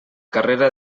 carrera